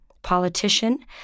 Politician